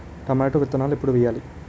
Tomato విత్తనాలు ఎప్పుడు వెయ్యాలి?